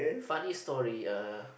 funny story uh